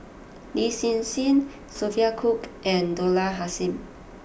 Lin Hsin Hsin Sophia Cooke and Dollah Kassim